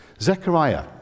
Zechariah